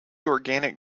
organic